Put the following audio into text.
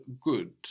good